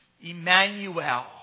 Emmanuel